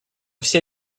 все